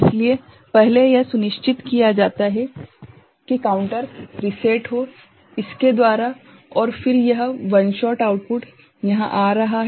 इसलिए पहले यह सुनिश्चित किया जाता है कि काउंटर रीसेट हो इसके द्वारा और फिर यह वन शॉट आउटपुट यहां आ रहा है